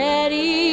Ready